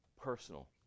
personal